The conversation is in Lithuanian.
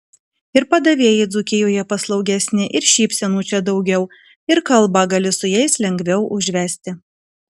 ir padavėjai dzūkijoje paslaugesni ir šypsenų čia daugiau ir kalbą gali su jais lengviau užvesti